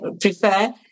prefer